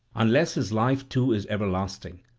unless his life too is everlasting.